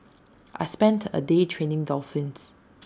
I spent A day training dolphins